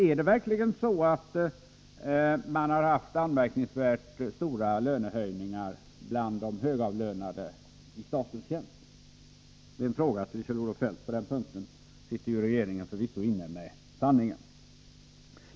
Är det verkligen så att man har haft anmärkningsvärt stora lönehöjningar bland de högavlönade i statens tjänst? Det är en fråga till Kjell-Olof Feldt på den punkten — regeringen sitter förvisso inne med sanningen.